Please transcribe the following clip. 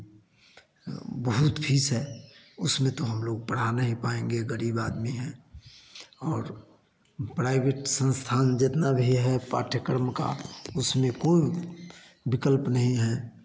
बहुत फीस है उसमें तो हम लोग पढ़ा नहीं पाएँगे गरीब आदमी है और प्राइवेट संस्थान जितना भी है पाठ्यक्रम का उसमें कोई विकल्प नहीं है